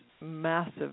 massive